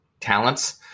talents